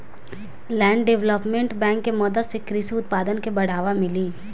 land development bank के मदद से कृषि उत्पादन के बढ़ावा मिली